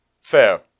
fair